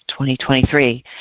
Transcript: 2023